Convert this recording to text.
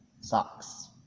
socks